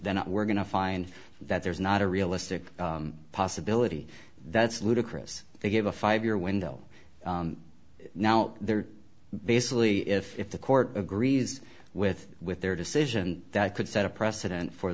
then we're going to find that there's not a realistic possibility that's ludicrous to give a five year window now they're basically if the court agrees with with their decision that could set a precedent for